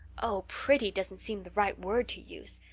oh, pretty doesn't seem the right word to use.